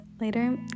later